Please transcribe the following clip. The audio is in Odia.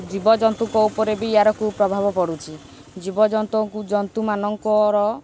ଜୀବଜନ୍ତୁଙ୍କ ଉପରେ ବି ୟାରକୁ ପ୍ରଭାବ ପଡ଼ୁଛି ଜୀବଜନ୍ତୁ ଜନ୍ତୁମାନଙ୍କର